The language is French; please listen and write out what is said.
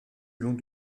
long